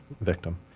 victim